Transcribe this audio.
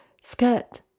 skirt